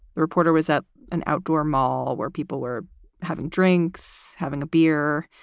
reporter was up an outdoor mall where people were having drinks, having a beer.